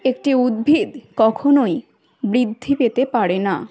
একটি উদ্ভিদ কখনোই বৃদ্ধি পেতে পারে না